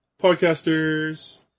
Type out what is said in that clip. Podcasters